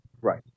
right